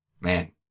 Man